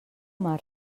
mar